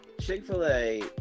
Chick-fil-A